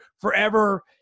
forever